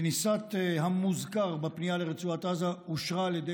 כניסת המוזכר בפנייה לרצועת עזה אושרה על ידי